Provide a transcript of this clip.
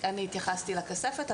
אני התייחסתי לכספת,